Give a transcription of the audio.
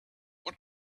what